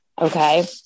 Okay